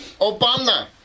Obama